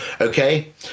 okay